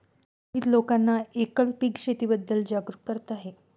मोहित लोकांना एकल पीक शेतीबद्दल जागरूक करत आहे